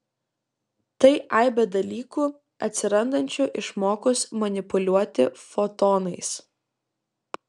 tai aibė dalykų atsirandančių išmokus manipuliuoti fotonais